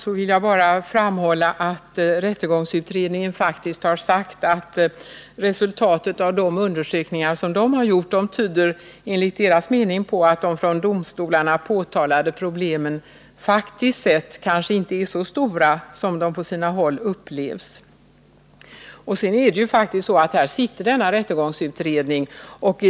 Jag vill då bara framhålla att rättegångsutredningen sagt att resultatet av de undersökningar utredningen gjort tyder på att de från domstolarna påtalade problemen faktiskt sett kanske inte är så stora som de på sina håll upplevs. Sedan är det ju faktiskt så att rättegångsutredningen håller på med sitt arbete.